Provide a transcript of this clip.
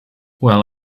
well